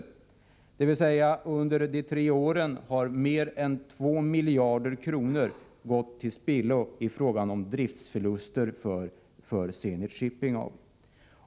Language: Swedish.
Under dessa tre år har alltså mer än 2 miljarder kronor gått till spillo i driftförluster för Zenit Shipping AB.